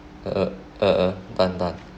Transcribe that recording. uh done done